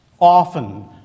often